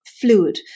fluid